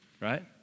right